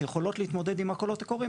שיכולות להתמודד עם הקולות הקוראים,